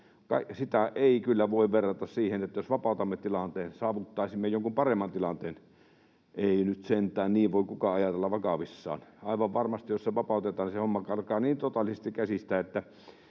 Sitä ei kyllä voi verrata siihen, että jos vapautamme tilanteen, niin saavuttaisimme jonkun paremman tilanteen. Ei nyt sentään niin voi kukaan ajatella vakavissaan. Aivan varmasti, jos se vapautetaan, se homma karkaa niin totaalisesti käsistä,